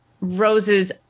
Rose's